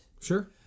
Sure